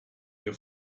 ihr